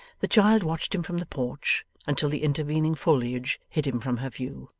the child watched him from the porch until the intervening foliage hid him from her view,